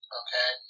okay